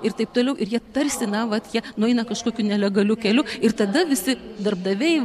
ir taip toliau ir jie tarsi na vat jie nueina kažkokiu nelegaliu keliu ir tada visi darbdaviai